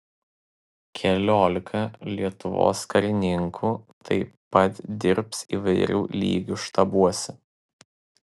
keliolika lietuvos karininkų taip pat dirbs įvairių lygių štabuose